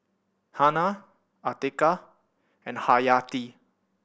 Hana Atiqah and Haryati